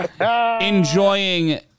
enjoying